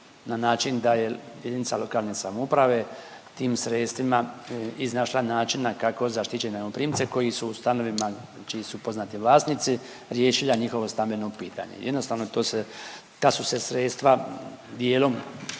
na način da je JLS tim sredstvima iznašla načina kako zaštićene najmoprimce koji su u stanovima čiji su poznati vlasnici riješila njihovo stambeno pitanje. Jednostavno to se, ta su se sredstva dijelom,